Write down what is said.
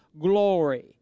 glory